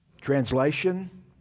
Translation